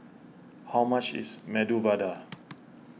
how much is Medu Vada